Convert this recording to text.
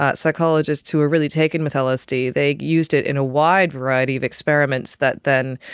ah psychologists who were really taken with lsd, they used it in a wide variety of experiments that then,